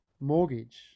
mortgage